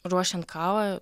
ruošiant kavą